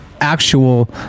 actual